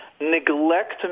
neglect